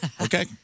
Okay